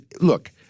Look